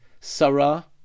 Sarah